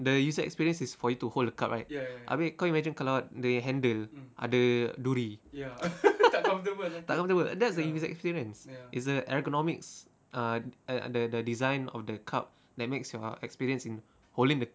the user experience is for you to hold the cup right abeh kau imagine kalau they handle ada duri tak comfortable and that's the user experience it's a ergonomics err e~ the the design of the cup that makes your experience in holding the cup